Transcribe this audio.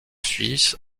suisse